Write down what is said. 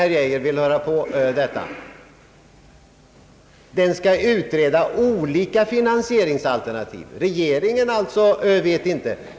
Regeringen vet alltså inte vilken finansieringsform den bör bestämma sig för.